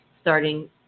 starting